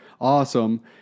awesome